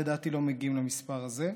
לדעתי הן לא מגיעות למספר הזה.